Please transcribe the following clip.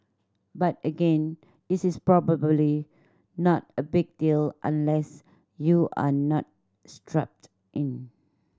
but again this is probably not a big deal unless you are not strapped in